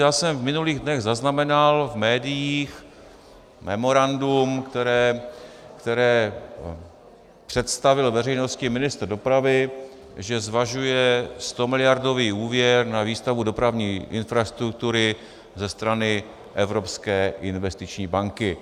Já jsem v minulých dnech zaznamenal v médiích memorandum, které představil veřejnosti ministr dopravy, že zvažuje stomiliardový úvěr na výstavbu dopravní infrastruktury ze strany Evropské investiční banky.